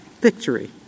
victory